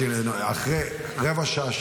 אחרי רבע שעה,